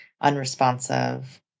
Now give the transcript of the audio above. unresponsive